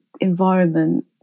environment